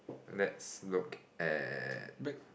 let's look at